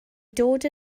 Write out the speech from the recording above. dod